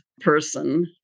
person